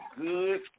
good